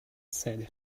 said